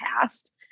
past